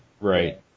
Right